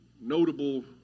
notable